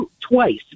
twice